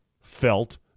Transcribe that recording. felt